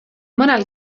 mõnel